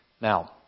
Now